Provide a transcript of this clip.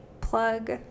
plug